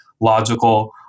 logical